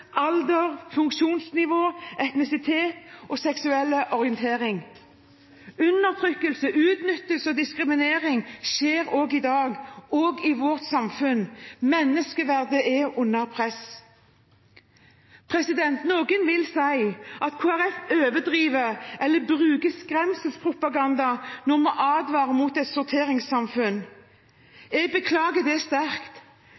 alder, funksjonsnivå, etnisitet og seksuell orientering. Undertrykkelse, utnyttelse og diskriminering skjer også i dag, også i vårt samfunn. Menneskeverdet er under press. Noen vil si at Kristelig Folkeparti overdriver eller bruker skremselspropaganda når vi advarer mot et